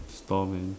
store man